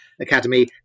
Academy